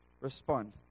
respond